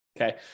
okay